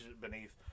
beneath